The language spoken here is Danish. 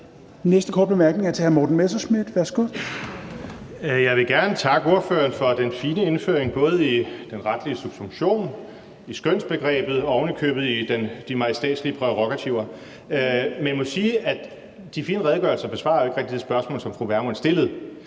Værsgo. Kl. 18:02 Morten Messerschmidt (DF): Jeg vil gerne takke ordføreren for den fine indføring, både i den retlige subsumption, i skønsbegrebet og ovenikøbet i de majestætslige prærogativer, men jeg må jo sige, at de fine redegørelser ikke rigtig besvarer det spørgsmål, som fru Pernille Vermund stillede.